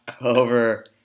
over